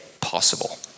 possible